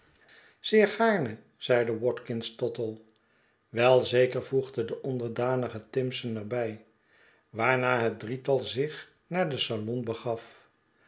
zeer gaarne zeide watkins tottle welzeker voegde deonderdanige timson er bij waarna het drietal zich naar den salon begaf